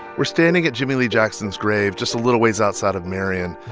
we're standing at jimmie lee jackson's grave just a little ways outside of marion.